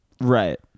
Right